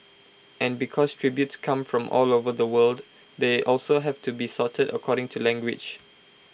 and because tributes come from all over the world they also have to be sorted according to language